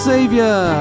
Savior